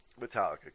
Metallica